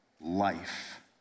life